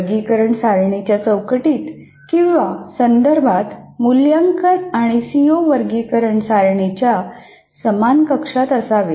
वर्गीकरण सारणीच्या चौकटीत किंवा संदर्भात मूल्यांकन आणि सीओ वर्गीकरण सारणीच्या समान कक्षात असावे